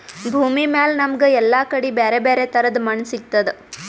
ಭೂಮಿಮ್ಯಾಲ್ ನಮ್ಗ್ ಎಲ್ಲಾ ಕಡಿ ಬ್ಯಾರೆ ಬ್ಯಾರೆ ತರದ್ ಮಣ್ಣ್ ಸಿಗ್ತದ್